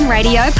Radio